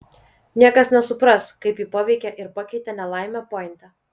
niekas nesupras kaip jį paveikė ir pakeitė nelaimė pointe